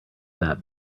that